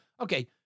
okay